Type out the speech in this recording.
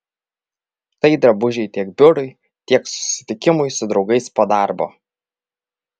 tai drabužiai tiek biurui tiek susitikimui su draugais po darbo